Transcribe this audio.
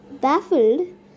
Baffled